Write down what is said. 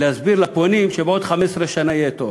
להסביר לפונים שבעוד 15 שנה יהיה טוב.